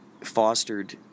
fostered